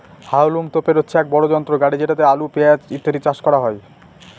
হাউলম তোপের হচ্ছে এক বড় যন্ত্র গাড়ি যেটা দিয়ে আলু, পেঁয়াজ ইত্যাদি চাষ করা হয়